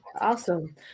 Awesome